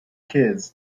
kids